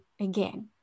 again